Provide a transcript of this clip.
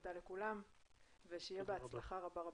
תודה לכולם ושיהיה בהצלחה רבה.